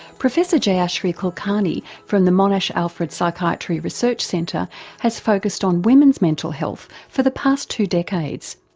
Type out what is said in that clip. professor jayashri kulkarni from the monash alfred psychiatry research centre has focused on women's mental health for the past two decades.